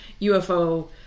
UFO